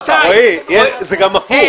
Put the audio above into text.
זה גם הפוך.